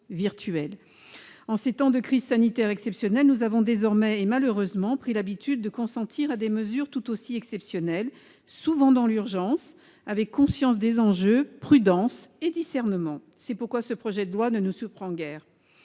En ces temps de crise sanitaire exceptionnelle, nous avons désormais, malheureusement, pris l'habitude de consentir à des mesures tout aussi exceptionnelles, souvent dans l'urgence, avec conscience des enjeux, prudence et discernement. C'est pourquoi ce projet de loi ne surprend guère.